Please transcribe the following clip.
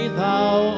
thou